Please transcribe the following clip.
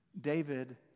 David